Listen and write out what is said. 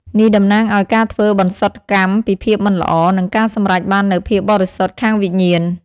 នេះតំណាងឱ្យ ការធ្វីបន្សុតកម្មពីភាពមិនល្អ និងការសម្រេចបាននូវភាពបរិសុទ្ធខាងវិញ្ញាណ។